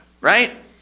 Right